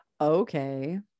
Okay